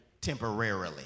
temporarily